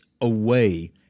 away